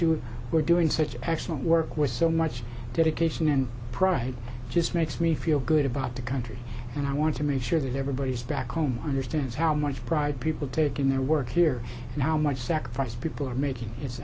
it we're doing such excellent work with so much dedication and pride just makes me feel good about the country and i want to make sure that everybody's back home understands how much pride people take in their work here now much sacrifice people are making i